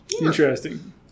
Interesting